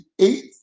eight